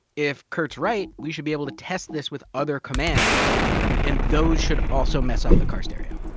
if kurt's right, we should be able to test this with other commands and those should also mess up the car stereo.